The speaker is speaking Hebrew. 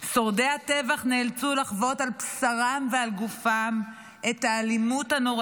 שורדי הטבח נאלצו לחוות על בשרם ועל גופם את האלימות הנוראה,